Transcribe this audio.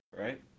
right